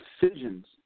decisions